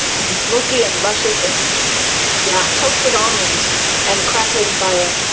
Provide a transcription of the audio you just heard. ah smokey and luscious and yeah, toasted almond and crackling fire.